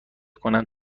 کنند